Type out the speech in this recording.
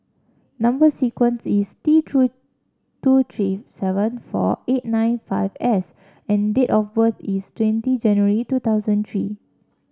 number sequence is T true two three seven four eight nine five S and date of birth is twenty January two thousand three